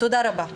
תודה רבה.